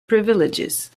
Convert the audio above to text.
privileges